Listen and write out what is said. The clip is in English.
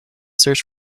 search